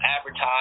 advertise